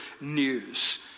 news